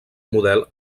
model